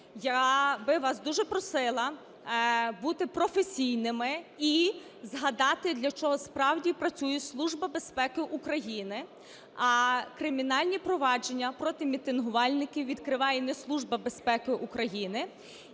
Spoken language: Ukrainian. Я би вас дуже просила бути професійними і згадати, для чого справді працює Служба безпеки України. А кримінальні провадження проти мітингувальників відкриває не Служба безпеки України.